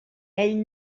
ell